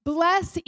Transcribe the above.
bless